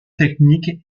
technique